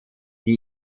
die